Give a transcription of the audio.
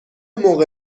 موقع